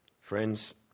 Friends